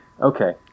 Okay